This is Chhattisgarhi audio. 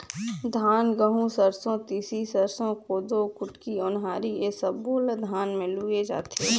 धान, गहूँ, सरसो, तिसी, सरसो, कोदो, कुटकी, ओन्हारी ए सब्बो ल धान म लूए जाथे